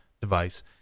device